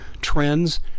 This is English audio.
trends